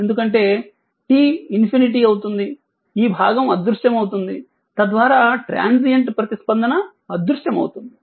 ఎందుకంటే t ➝∞ ఈ భాగం అదృశ్యమవుతుంది తద్వారా ట్రాన్సియంట్ ప్రతిస్పందన అదృశ్యమవుతుంది